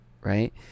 right